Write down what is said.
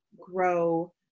grow